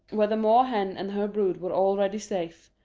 where the moor-hen and her brood were already safe,